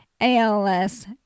ALS